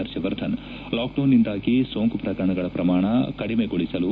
ಪರ್ಷವರ್ಧನ್ ಲಾಕ್ಡೌನ್ನಿಂದಾಗಿ ಸೋಂಕು ಪ್ರಕರಣಗಳ ಪ್ರಮಾಣ ಕಡಿಮೆಗೊಳಿಸಲು